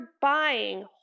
buying